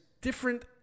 different